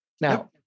Now